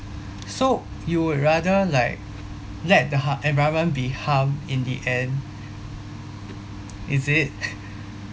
so you would rather like let the ha~ environment be harmed in the end is it